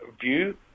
view